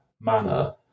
manner